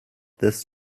this